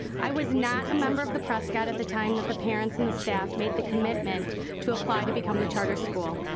i was not a member of the prescott at the time that the parents and staff made the commitment to apply to become the charter school.